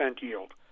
yield